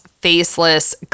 faceless